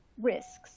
risks